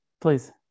Please